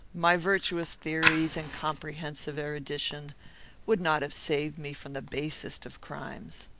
my virtuous theories and comprehensive erudition would not have saved me from the basest of crimes.